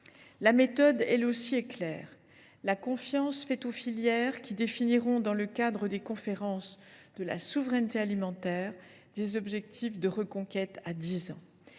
La méthode, elle aussi, est claire : il s’agit de faire confiance aux filières, qui définiront, dans le cadre des conférences de la souveraineté alimentaire, des objectifs de reconquête à dix ans.